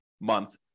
month